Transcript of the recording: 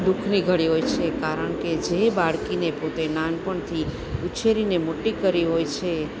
દુખની ઘડી હોય છે કારણ કે જે બાળકીને પોતે નાનપણથી ઉછેરીને મોટી કરી હોય છે